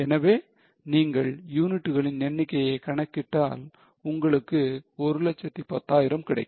எனவே நீங்கள் யூனிட்களின் எண்ணிக்கையை கணக்கிட்டால் உங்களுக்கு 110000 கிடைக்கும்